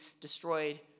destroyed